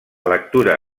lectura